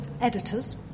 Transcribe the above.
editors